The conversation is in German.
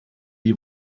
die